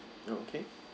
okay